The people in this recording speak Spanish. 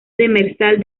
demersal